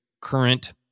current